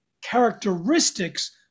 characteristics